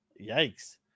Yikes